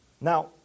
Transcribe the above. Now